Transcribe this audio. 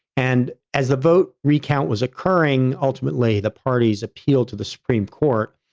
and as the vote recount was occurring, ultimately, the parties appealed to the supreme court.